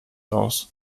aus